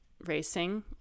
racing